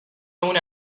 اون